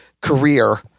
career